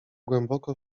głęboko